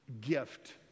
Gift